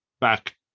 back